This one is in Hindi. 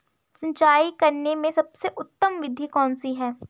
सिंचाई करने में सबसे उत्तम विधि कौन सी है?